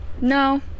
no